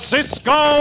Cisco